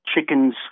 chickens